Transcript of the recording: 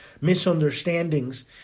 misunderstandings